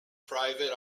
private